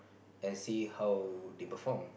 and see how they perform